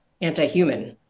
anti-human